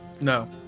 No